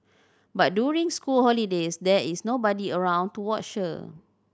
but during school holidays there is nobody around to watch her